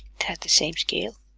type the same scale,